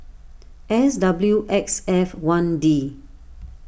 S W X F one D